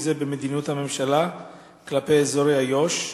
זה במדיניות הממשלה כלפי אזורי איו"ש?